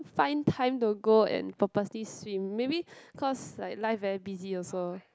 find time to go and purposely swim maybe cause like life very busy also